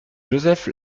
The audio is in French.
joseph